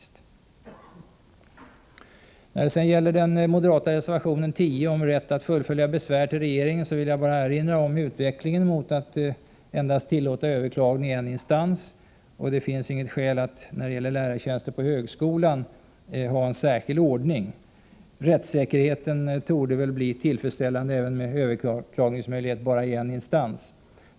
Beträffande den moderata reservationen 10 om rätt att fullfölja besvär till regeringen vill jag bara erinra om utvecklingen mot att endast tillåta överklagande i en instans. Det finns inga skäl att ha en särskild ordning för lärartjänster i högskolan. Rättssäkerheten torde bli tillfredsställande även med möjlighet till överklagande i bara en instans.